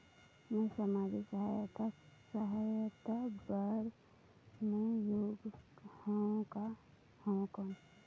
मैं समाजिक सहायता सहायता बार मैं योग हवं कौन?